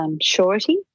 surety